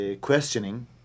questioning